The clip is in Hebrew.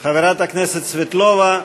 חברת הכנסת סבטלובה.